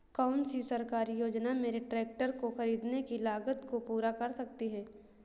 कौन सी सरकारी योजना मेरे ट्रैक्टर को ख़रीदने की लागत को पूरा कर सकती है?